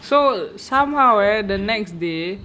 so somehow right the next day